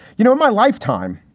you know, in my lifetime,